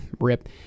Rip